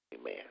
Amen